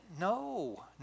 No